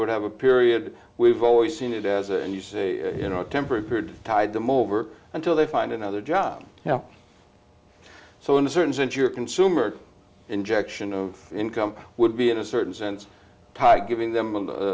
would have a period we've always seen it as and you say you know tempered tide them over until they find another job now so in a certain sense your consumer injection of income would be in a certain sense pie giving them